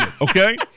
okay